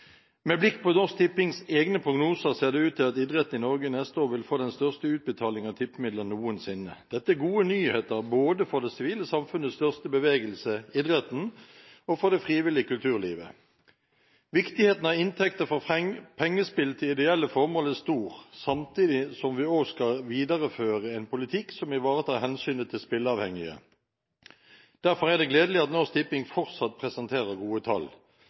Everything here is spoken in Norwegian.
Med blikk på Norsk Tippings egne prognoser ser det ut til at idretten i Norge neste år vil få den største utbetalingen av tippemidler noensinne. Dette er gode nyheter både for det sivile samfunnets største bevegelse, idretten, og for det frivillige kulturlivet. Viktigheten av inntekter fra pengespill til ideelle formål er stor, samtidig som vi også skal videreføre en politikk som ivaretar hensynet til spilleavhengige. Derfor er det gledelig at Norsk Tipping fortsatt presenterer gode tall.